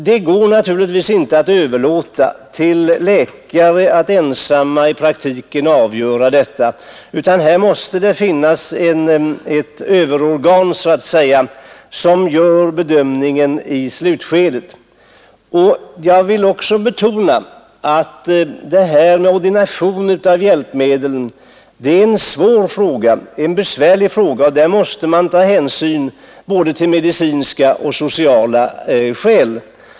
Det går naturligtvis inte att överlåta åt läkare att ensamma i praktiken avgöra sådant, utan här måste det finnas ett överorgan som så att säga gör bedömningen i slutskedet. Jag vill också betona att ordinationen av hjälpmedel är en svår fråga, en besvärlig fråga. Där måste man ta hänsyn till både medicinska och sociala skäl.